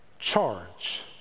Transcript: charge